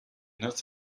nerds